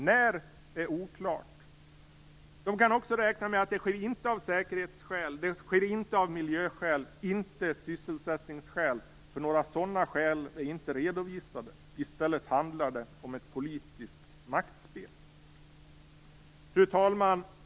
När den kommer är oklart. Man kan också räkna med att det inte sker av säkerhetsskäl. Det sker inte av miljöskäl och inte av sysselsättningsskäl, för några sådana skäl är inte redovisade. I stället handlar det om ett politiskt maktspel. Fru talman!